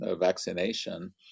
vaccination